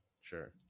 Sure